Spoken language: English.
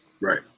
right